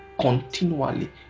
continually